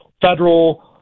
federal